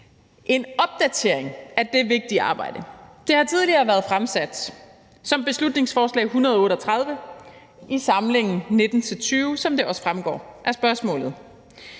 En opdatering af det vigtige arbejde har tidligere været fremsat som ønske i beslutningsforslag B 138 i samlingen 2019-20, som det også fremgår af spørgsmålet.